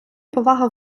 повага